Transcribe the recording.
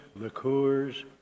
liqueurs